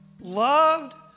loved